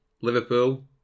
Liverpool